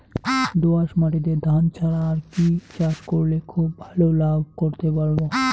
দোয়াস মাটিতে ধান ছাড়া আর কি চাষ করলে খুব ভাল লাভ করতে পারব?